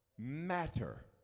Matter